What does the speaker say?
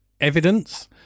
evidence